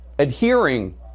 adhering